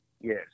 Yes